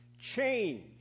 Change